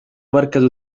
مركز